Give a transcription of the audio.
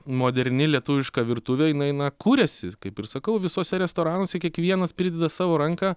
moderni lietuviška virtuvė jinai na kuriasi kaip ir sakau visuose restoranuose kiekvienas prideda savo ranką